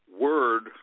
word